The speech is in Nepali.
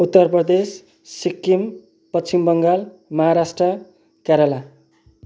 उत्तर प्रदेश सिक्किम पश्चिम बङ्गाल महाराष्ट्र केरल